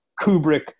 Kubrick